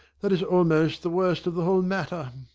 that is almost the worst of the whole matter.